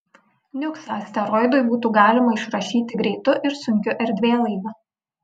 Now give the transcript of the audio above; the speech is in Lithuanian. niuksą asteroidui būtų galima išrašyti greitu ir sunkiu erdvėlaiviu